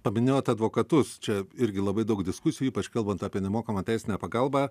paminėjot advokatus čia irgi labai daug diskusijų ypač kalbant apie nemokamą teisinę pagalbą